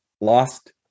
lost